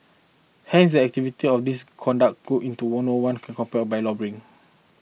hence the activity of these conduct group into one or one could compared by lobbying